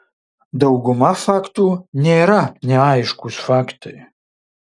dauguma faktų nėra neaiškūs faktai